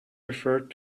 referred